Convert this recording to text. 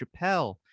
Chappelle